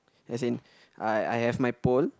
as in I I have my pole